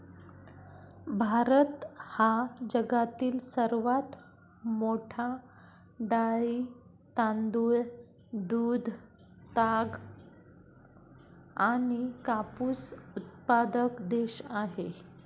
भारत हा जगातील सर्वात मोठा डाळी, तांदूळ, दूध, ताग आणि कापूस उत्पादक देश आहे